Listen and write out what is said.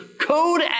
code